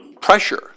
pressure